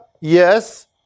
Yes